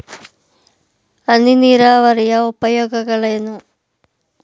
ಹನಿ ನೀರಾವರಿಯ ಉಪಯೋಗಗಳೇನು?